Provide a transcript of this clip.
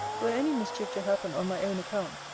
were any mischief to happen on my own account,